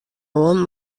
oan